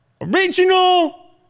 original